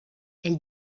elle